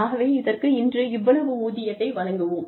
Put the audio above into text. ஆகவே இதற்கு இன்று இவ்வளவு ஊதியத்தை வழங்குவோம்